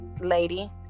lady